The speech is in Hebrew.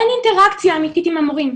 אין אינטראקציה אמיתית עם המורים,